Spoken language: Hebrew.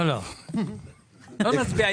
לא נצביע.